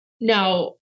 Now